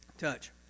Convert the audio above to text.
touch